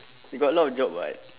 you got a lot of job [what]